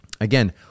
Again